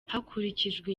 hakurikijwe